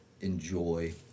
enjoy